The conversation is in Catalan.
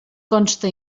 consta